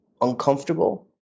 uncomfortable